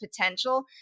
potential